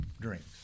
drinks